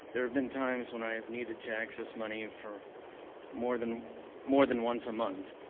there have been times when i have needed to access money for more than more than once a month.